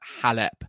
Halep